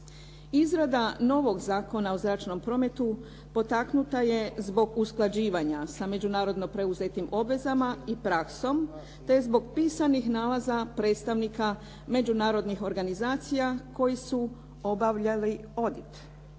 Izrada novog Zakona o zračnom prometu potaknuta je zbog usklađivanja sa međunarodnom preuzetim obvezama i praksom te zbog pisanih nalaza predstavnika međunarodnih organizacija koji su obavljali